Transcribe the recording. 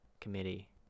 committee